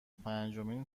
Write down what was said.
پنجمین